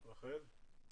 רחל?